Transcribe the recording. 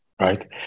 right